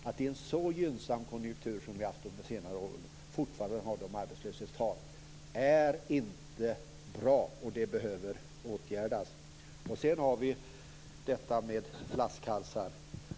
Att vi i en sådan gynnsam konjunktur som vi har haft under senare år fortfarande har dessa arbetslöshetstal är inte bra, och det behöver åtgärdas. Sedan har vi problemet med flaskhalsar.